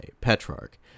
Petrarch